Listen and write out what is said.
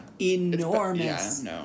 Enormous